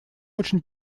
очень